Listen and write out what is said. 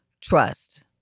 trust